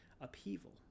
upheaval